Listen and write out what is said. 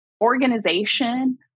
organization